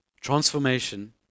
Transformation